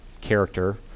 character